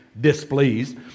displeased